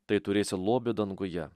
tai turėsi lobį danguje